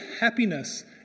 happiness